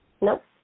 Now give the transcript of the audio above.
Nope